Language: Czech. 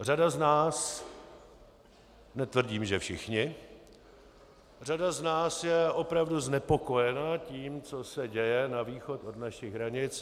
Řada z nás, netvrdím, že všichni, řada z nás je opravdu znepokojena tím, co se děje na východ od našich hranic.